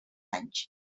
anys